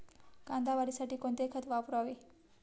कांदा वाढीसाठी कोणते खत वापरावे?